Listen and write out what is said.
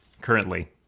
currently